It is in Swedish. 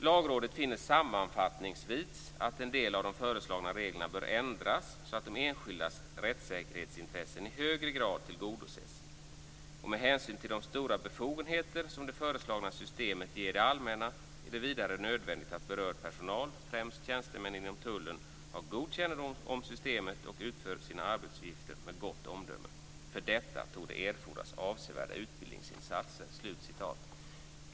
- Lagrådet finner sammanfattningsvis att en del av de föreslagna reglerna bör ändras så att de enskildas rättssäkerhetsintressen i högre grad tillgodoses. Med hänsyn till de stora befogenheter som det föreslagna systemet ger det allmänna är det vidare nödvändigt att berörd personal, främst tjänstemän inom tullen, har god kännedom om systemet och utför sina arbetsuppgifter med gott omdöme. För detta torde erfordras avsevärda utbildningsinsatser."